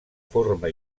forma